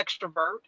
extrovert